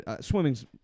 swimming's